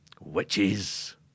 Witches